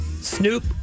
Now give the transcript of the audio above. Snoop